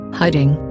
hiding